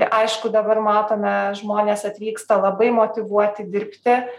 aišku dabar matome žmonės atvyksta labai motyvuoti dirbti